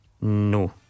No